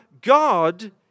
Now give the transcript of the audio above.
God